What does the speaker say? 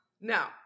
now